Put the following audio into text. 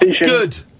Good